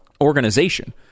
organization